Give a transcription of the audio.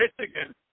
Michigan